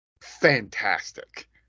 fantastic